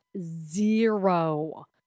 zero